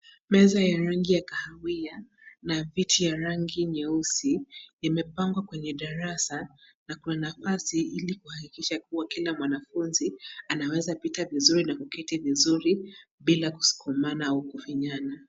Meza ya rangi ya kahawia na viti ya rangi nyeusi imepangwa kwenye darasa na kwa nafasi ili kuhakikisha kuwa kila mwanafunzi anaweza pita vizuri na kuketi vizuri bila kuskumana au kufinyana.